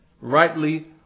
rightly